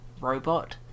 robot